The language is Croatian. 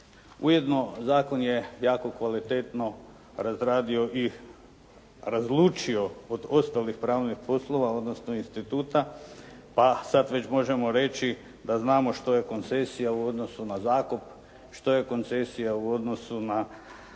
Ujedno zakon je jako kvalitetno razradio i razlučio od ostalih pravnih poslova, odnosno instituta pa sada već možemo reći da znamo što je koncesija u odnosu na zakup, što je koncesija u odnosu na